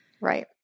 Right